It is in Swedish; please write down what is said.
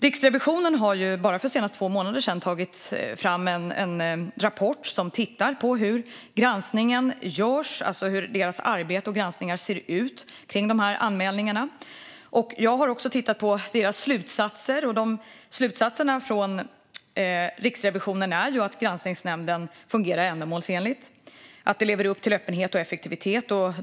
Riksrevisionen har så sent som för två månader sedan tagit fram en rapport som tittar på hur granskningen görs, alltså hur deras arbete och granskningar ser ut kring anmälningarna. Jag har också tittat på deras slutsatser, och slutsatserna från Riksrevisionen är ju att granskningsnämnden fungerar ändamålsenligt och lever upp till öppenhet och effektivitet.